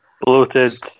bloated